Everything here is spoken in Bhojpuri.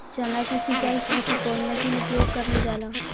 चना के सिंचाई खाती कवन मसीन उपयोग करल जाला?